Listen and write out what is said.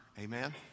Amen